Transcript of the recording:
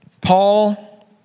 Paul